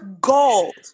gold